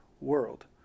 world